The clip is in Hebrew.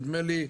נדמה לי,